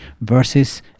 versus